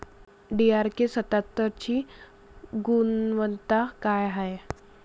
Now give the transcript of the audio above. DRK सत्यात्तरची गुनवत्ता काय हाय?